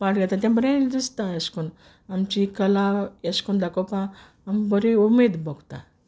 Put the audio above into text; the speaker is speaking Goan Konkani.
पार्ट घेताय तें बोरें दिसता अेश कोन्न आमची कला अेश कोन्न दाखोवपा आमक बोरी उमेद भोगता